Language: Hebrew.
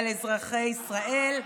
על אזרחי ישראל.